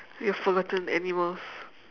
we are forgotten animals